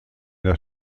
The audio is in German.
der